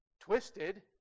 twisted